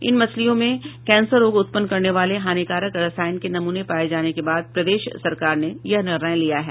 इन मछलियों में कैंसर रोग उत्पन्न करने वाले हानिकारक रसायन के नमूने पाये जाने के बाद प्रदेश सरकार ने यह निर्णय लिया है